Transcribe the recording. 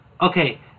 okay